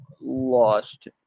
lost